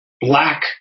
black